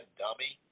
dummy